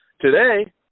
today